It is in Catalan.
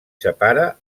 separa